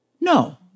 No